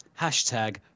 hashtag